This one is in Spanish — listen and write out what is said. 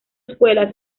escuelas